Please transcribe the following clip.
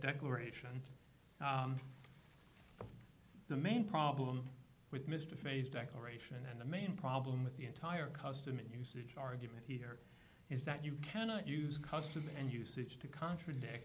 declaration the main problem with mr faiz declaration and the main problem with the entire custom and usage argument here is that you cannot use custom and usage to contradict